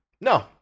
no